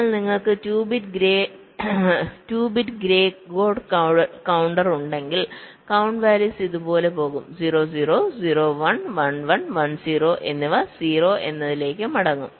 എന്നാൽ നിങ്ങൾക്ക് 2 bit grey code counter ഉണ്ടെങ്കിൽ കൌണ്ട് വാല്യൂസ് ഇതുപോലെ പോകും 0 0 0 1 1 1 1 0 എന്നിവ 0 0 എന്നതിലേക്ക് മടങ്ങും